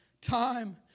time